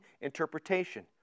interpretation